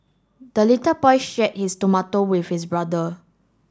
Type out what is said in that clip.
the little boy share his tomato with his brother